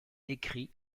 écrit